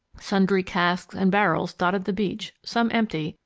sundry casks and barrels dotted the beach, some empty,